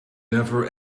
never